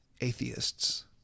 atheists